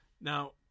Now